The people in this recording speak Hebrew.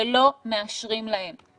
ולא מאשרים להם.